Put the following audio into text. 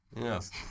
Yes